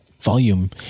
volume